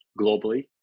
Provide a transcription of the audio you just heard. globally